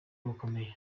bukomeye